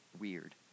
weird